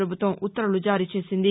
ప్రపభుత్వం ఉత్తర్వులు జారీ చేసింది